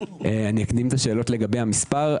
אקדים את השאלות לגבי המספר.